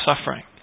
suffering